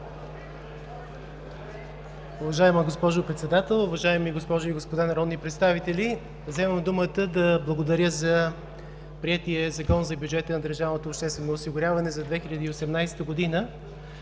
Уважаема госпожо Председател, уважаеми госпожи и господа народни представители! Вземам думата, за да благодаря за приетия Закон за бюджета на държавното обществено осигуряване за 2018 г.